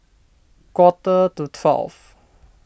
quarter to twelve